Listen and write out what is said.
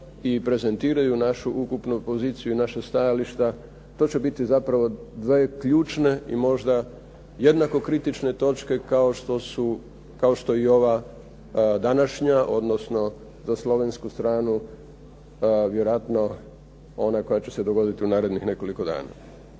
i prezentiraju našu ukupnu poziciju i naša stajališta. To će biti zapravo dvije ključne i možda jednako kritične točke kao što je i ova današnja, odnosno za slovensku stranu vjerojatno ona koja će se dogoditi u narednih nekoliko dana.